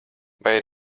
vai